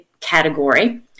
category